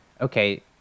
okay